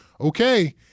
okay